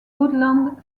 woodland